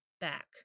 back